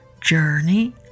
Journey